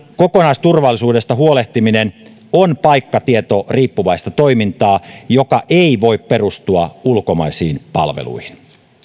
kokonaisturvallisuudesta huolehtiminen on paikkatietoriippuvaista toimintaa joka ei voi perustua ulkomaisiin palveluihin